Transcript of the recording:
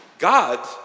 God